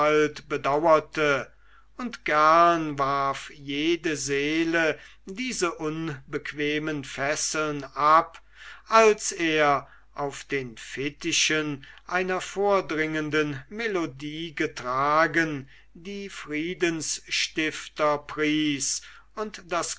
bedauerte und gern warf jede seele diese unbequemen fesseln ab als er auf den fittichen einer vordringenden melodie getragen die friedensstifter pries und das